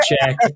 check